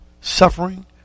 Suffering